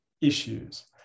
issues